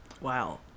wow